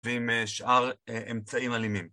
ועם שאר אמצעים אלימים.